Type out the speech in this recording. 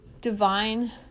divine